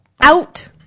out